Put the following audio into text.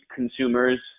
consumers